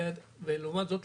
לעומת זאת,